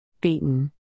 Beaten